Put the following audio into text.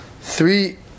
three